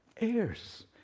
heirs